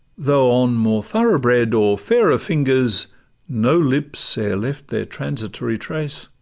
though on more thorough-bred or fairer fingers no lips e'er left their transitory trace